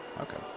Okay